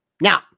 Now